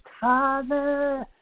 Father